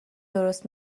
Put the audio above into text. درست